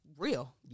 real